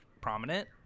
prominent